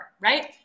right